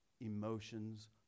emotions